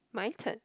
my turn